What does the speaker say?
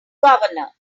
governor